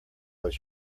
was